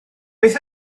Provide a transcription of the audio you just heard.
beth